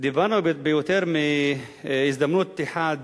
דיברנו ביותר מהזדמנות אחת